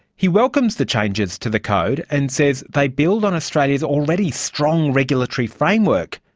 he welcomes the changes to the code and says they build on australia's already strong regulatory framework,